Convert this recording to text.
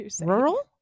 Rural